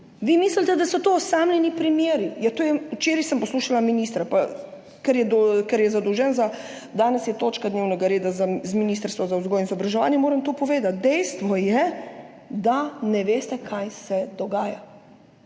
Vi mislite, da so to osamljeni primeri. Včeraj sem poslušala ministra, danes je točka dnevnega reda z Ministrstva za vzgojo in izobraževanje, moram to povedati, dejstvo je, da ne veste, kaj se dogaja,